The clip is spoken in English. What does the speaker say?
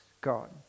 God